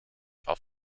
are